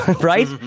Right